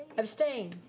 abstained?